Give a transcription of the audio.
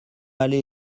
allait